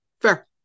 Fair